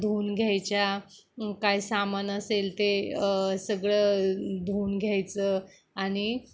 धुऊन घ्यायच्या काय सामान असेल ते सगळं धुऊन घ्यायचं आणि